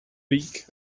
week